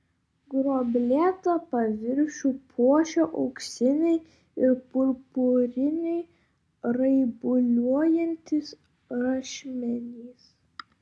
gruoblėtą paviršių puošė auksiniai ir purpuriniai raibuliuojantys rašmenys